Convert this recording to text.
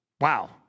Wow